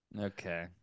Okay